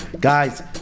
Guys